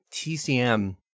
TCM